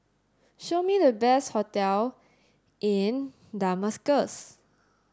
show me the best hotel in Damascus